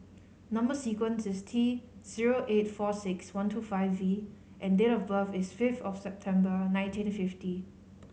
number sequence is T zero eight four six one two five V and date of birth is fifth of September nineteen fifty